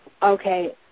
Okay